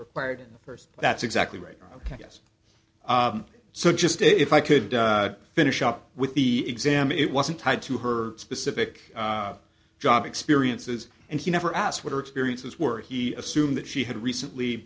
required first that's exactly right ok i guess so just if i could finish up with the exam it wasn't tied to her specific job experiences and he never asked what her experiences were he assumed that she had recently